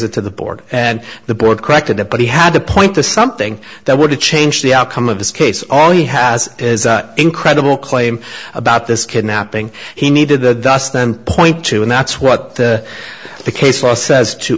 it to the board and the board corrected it but he had to point to something that would change the outcome of this case all he has incredible claim about this kidnapping he needed the dust and point to and that's what the case law says to